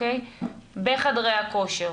בחדרי הכושר,